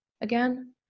again